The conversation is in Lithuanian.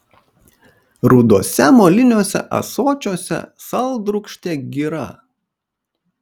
ruduose moliniuose ąsočiuose saldrūgštė gira